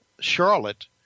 Charlotte